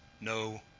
no